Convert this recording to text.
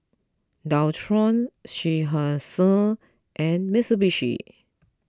Dualtron Seinheiser and Mitsubishi